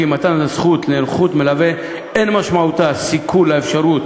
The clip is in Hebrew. כי מתן הזכות לנוכחות מלווה אין משמעותה סיכול האפשרות